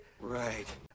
Right